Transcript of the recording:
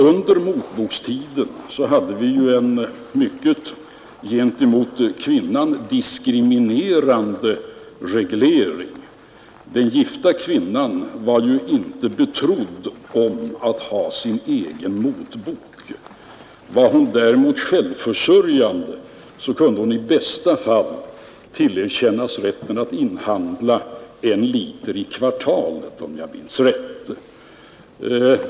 Under motbokstiden hade vi ju en gentemot kvinnan diskriminerande reglering. Den gifta kvinnan var ju inte betrodd att ha sin egen motbok. Var hon däremot ensamstående och självförsörjande kunde hon i bästa fall tillerkännas rätten att inhandla en liter i kvartalet, om jag minns rätt.